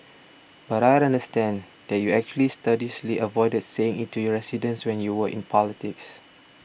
but I understand that you actually studiously avoided saying it to your residents when you were in politics